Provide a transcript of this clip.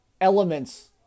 elements